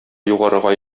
югарыга